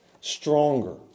stronger